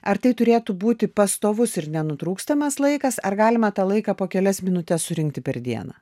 ar tai turėtų būti pastovus ir nenutrūkstamas laikas ar galima tą laiką po kelias minutes surinkti per dieną